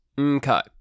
Okay